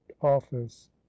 office